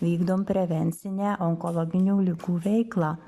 vykdom prevencinę onkologinių ligų veiklą